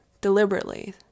deliberately